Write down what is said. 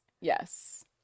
yes